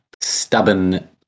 stubborn